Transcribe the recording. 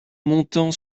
montant